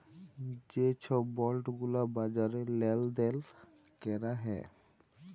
যে ছব বল্ড গুলা বাজারে লেল দেল ক্যরা হ্যয়